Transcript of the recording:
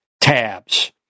tabs